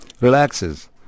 relaxes